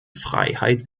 freiheit